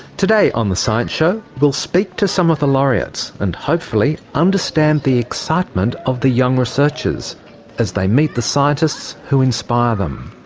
today on the science show we'll speak to some of the laureates and hopefully understand the excitement of the young researchers as they meet the scientists who inspire them.